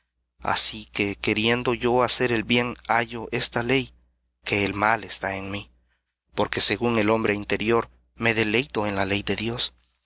así que queriendo yo hacer el bien hallo ley que el mal está en mí porque según el hombre interior me deleito en la ley de dios